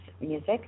Music